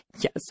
Yes